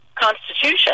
Constitution